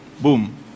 boom